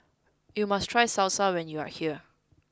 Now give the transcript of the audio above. you must try Salsa when you are here